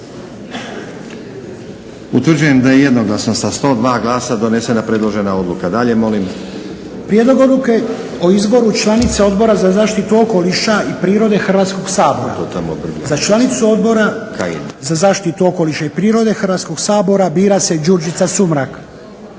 Utvrđujem da je jednoglasno sa 102 glasa donesena predložena odluka. Dalje molim. **Lučin, Šime (SDP)** Prijedlog Odluke o izboru članica Odbora za zaštitu okoliša i prirode Hrvatskog sabora. Za članicu Odbora za zaštitu okoliša i prirode Hrvatskog sabora bira se Đurđica Sumrak.